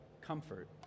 comfort